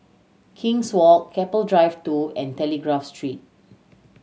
King's Walk Keppel Drive Two and Telegraph Street